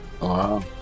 Wow